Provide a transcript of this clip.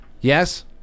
Yes